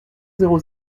zéro